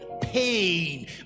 pain